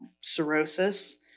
cirrhosis